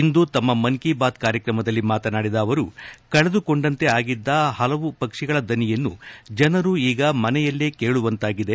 ಇಂದು ತಮ್ಮ ಮನ್ ಕಿ ಬಾತ್ ಕಾರ್ಯಕ್ರಮದಲ್ಲಿ ಮಾತನಾಡಿದ ಅವರು ಕಳೆದುಕೊಂಡಂತೆ ಆಗಿದ್ದ ಹಲವು ಪಕ್ಷಿಗಳ ದನಿಯನ್ನು ಜನರು ಈಗ ಮನೆಯಲ್ಲೇ ಕೇಳುವಂತಾಗಿದೆ